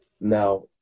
Now